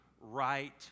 right